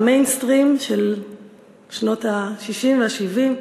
ה"מיינסטרים" של שנות ה-60 וה-70.